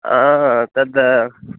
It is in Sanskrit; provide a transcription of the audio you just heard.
हा तद्